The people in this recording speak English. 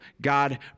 God